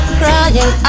crying